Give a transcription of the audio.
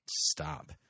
Stop